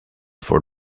for